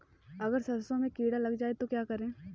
अगर सरसों में कीड़ा लग जाए तो क्या करें?